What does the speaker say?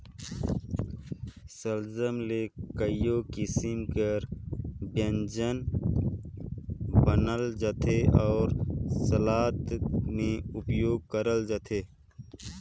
सलजम ले कइयो किसिम कर ब्यंजन बनाल जाथे अउ सलाद में उपियोग करल जाथे